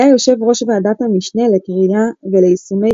היה יו"ר ועדת המשנה לקרינה וליישומי